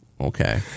Okay